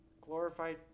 glorified